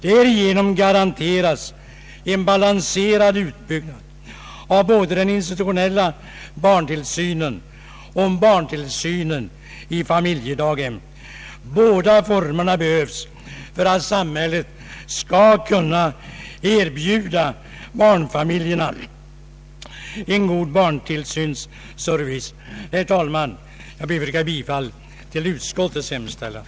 Därigenom garanteras en balanserad utbyggnad av både den institutionella barntillsynen och barntillsynen i familjedaghem. Båda formerna behövs för att samhället skall kunna erbjuda barnfamiljerna en god barntillsynsservice. Herr talman! Jag ber att få yrka bifall till utskottets hemställan.